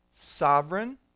Sovereign